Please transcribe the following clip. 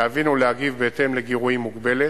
להבין ולהגיב בהתאם לגירויים, מוגבלת,